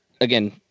again